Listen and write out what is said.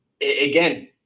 again